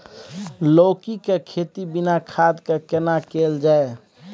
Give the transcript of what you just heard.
लौकी के खेती बिना खाद के केना कैल जाय?